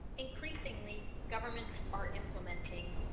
increasingly governments are implementing